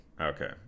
Okay